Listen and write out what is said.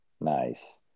Nice